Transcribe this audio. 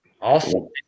awesome